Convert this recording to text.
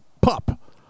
Pup